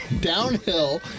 Downhill